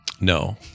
No